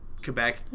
Quebec